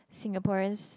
Singaporeans